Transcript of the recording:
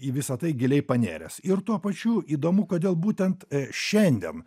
į visa tai giliai panėręs ir tuo pačiu įdomu kodėl būtent šiandien